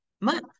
month